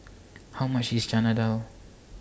How much IS Chana Dal